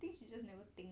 then she just never think